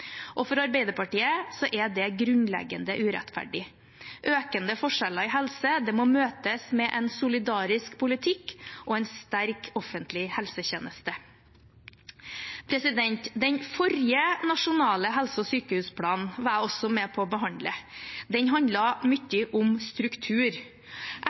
og for Arbeiderpartiet er det grunnleggende urettferdig. Økende forskjeller i helse må møtes med en solidarisk politikk og en sterk offentlig helsetjeneste. Den forrige nasjonale helse- og sykehusplanen var jeg også med på å behandle. Den